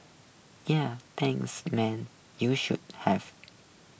ya pains man you should have